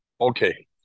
Okay